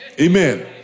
Amen